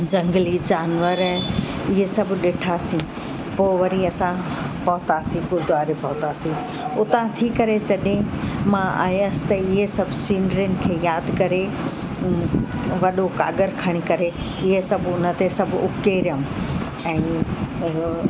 झंगली जानवर इअं सभु ॾिठासीं पोइ वरी असां पहुतासीं गुरुद्वारे पहुतासीं उता थी करे जॾहिं मां आयसि त इअं सभु सिनरियुनि खे यादि करे वॾो काॻरु खणी करे इअं सभु हुन ते सभु ओकेरियम ऐं